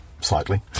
slightly